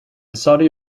saudi